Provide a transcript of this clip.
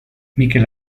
mikel